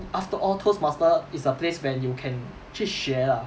after all toastmaster is a place where you can 去学 lah